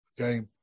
Okay